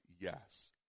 Yes